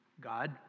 God